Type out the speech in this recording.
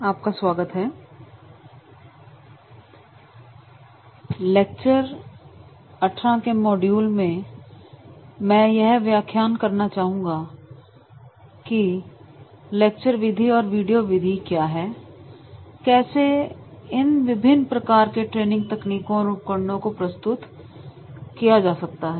अब लेक्चर 18 के मॉड्यूल में मैं यह व्याख्यान करना चाहूंगा की लेक्चर विधि और वीडियो विधि क्या है और कैसे इन विभिन्न प्रकार के ट्रेनिंग तकनीकों और उपकरणों को प्रस्तुत कर सकते हैं